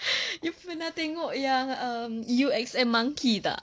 you pernah tengok yang um U_X_M monkey tak